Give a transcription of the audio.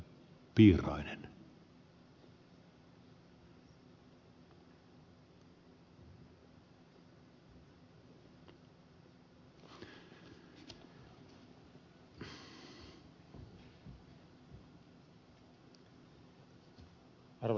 arvoisa puhemies